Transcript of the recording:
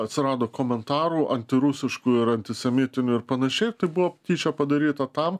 atsirado komentarų antirusiškų ir antisemitinių ir panašiai tai buvo tyčia padaryta tam